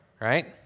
right